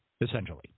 essentially